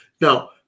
now